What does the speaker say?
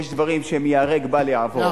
יש דברים שהם ייהרג ובל יעבור,